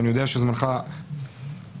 ואני יודע שזמנך קצר.